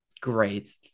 great